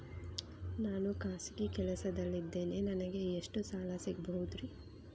ನಾನು ಖಾಸಗಿ ಕೆಲಸದಲ್ಲಿದ್ದೇನೆ ನನಗೆ ಎಷ್ಟು ಸಾಲ ಸಿಗಬಹುದ್ರಿ?